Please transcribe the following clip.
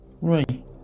right